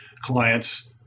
clients